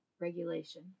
regulation